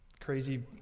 crazy